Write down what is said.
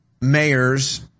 Mayors